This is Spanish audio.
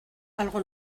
algo